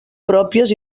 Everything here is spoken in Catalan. pròpies